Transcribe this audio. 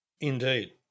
Indeed